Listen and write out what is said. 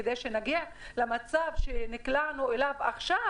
כדי שכאשר נגיע למצב שנקלענו אליו עכשיו,